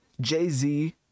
Jay-Z